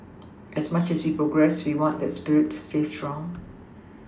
as much as we progress we want that spirit to stay strong